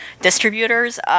distributors